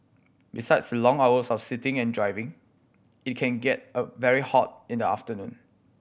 besides long hours of sitting and driving it can get a very hot in the afternoon